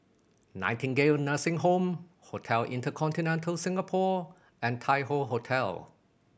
Nightingale Nursing Home Hotel InterContinental Singapore and Tai Hoe Hotel